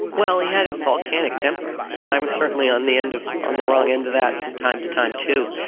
well, he had a volcanic temper. and i was certainly on the end of on the wrong end of that from time to time, too.